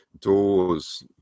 doors